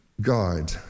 God